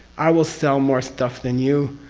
i will sell more stuff than you,